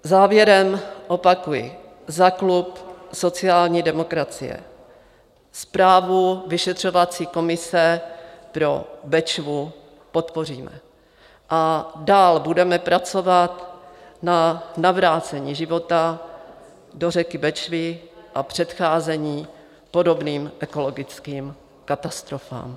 Závěrem opakuji za klub sociální demokracie: zprávu vyšetřovací komise pro Bečvu podpoříme a dál budeme pracovat na navrácení života do řeky Bečvy a předcházení podobným ekologickým katastrofám.